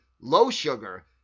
low-sugar